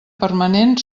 permanent